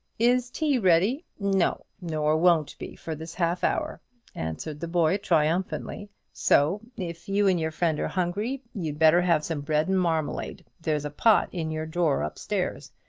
is tea ready? no, nor won't be for this half-hour, answered the boy, triumphantly so, if you and your friend are hungry, you'd better have some bread and marmalade. there's a pot in your drawer up-stairs.